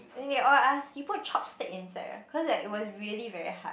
then they all ask you put chopstick inside ah cause like it was really very hard